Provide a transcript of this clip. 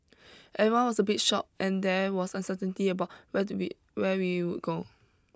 everyone was a bit shocked and there was uncertainty about whether we where we would go